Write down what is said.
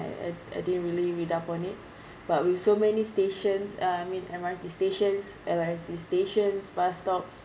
I I I didn't really read up on it but with so many stations uh I mean M_R_T stations L_R_T stations bus stops